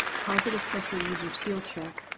positive pressure user seal check,